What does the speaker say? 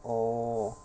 oh